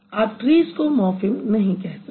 आप ट्रीज़ को मॉर्फ़िम नहीं कह सकते